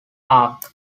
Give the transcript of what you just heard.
ark